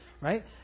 Right